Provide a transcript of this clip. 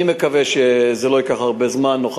אני מקווה שזה לא ייקח הרבה זמן ונוכל